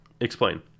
Explain